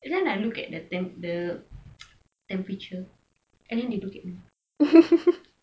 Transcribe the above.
and then I look at the tem~ the temperature and then they look at me